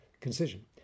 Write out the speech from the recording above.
concision